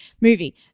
movie